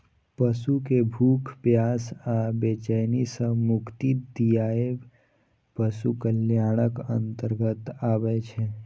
पशु कें भूख, प्यास आ बेचैनी सं मुक्ति दियाएब पशु कल्याणक अंतर्गत आबै छै